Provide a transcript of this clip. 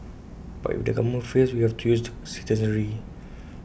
but if the government fails we have to use the citizenry